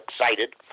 excited